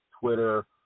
Twitter